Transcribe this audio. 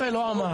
מיכאל לא אמר,